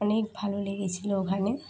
অনেক ভালো লেগেছিলো ওখানে